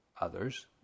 others